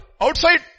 Outside